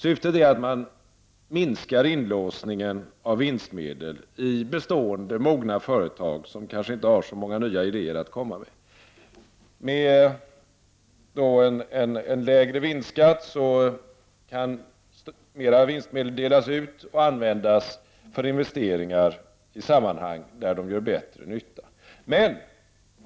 Syftet är att man minskar inlåsningen av vinstmedel i bestående och mogna företag, som kanske inte har så många nya idéer att komma med. Med en lägre vinstskatt kan mera vinstmedel delas ut och användas för investeringar i sammanhang där de gör bättre nytta.